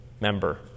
member